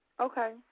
Okay